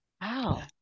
wow